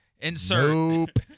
insert